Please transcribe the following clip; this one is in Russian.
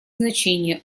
значение